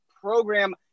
program